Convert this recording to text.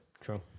True